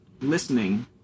listening